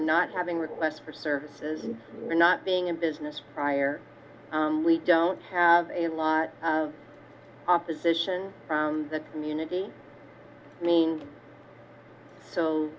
not having requests for services and not being in business prior we don't have a lot of opposition from the community mean